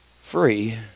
free